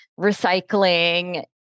recycling